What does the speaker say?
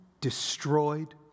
destroyed